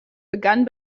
begann